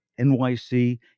NYC